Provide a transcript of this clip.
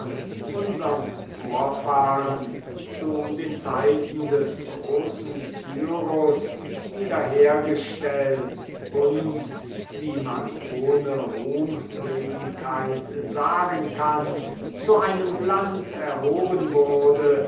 unsern vorfahren zu den zeiten des großen cyrus wiederhergestellt und wie man ohne ruhmredigkeit sagen kann zu einem glanz erhoben wurde